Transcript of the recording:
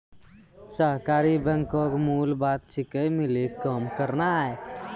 सहकारी बैंको के मूल बात छिकै, मिली के काम करनाय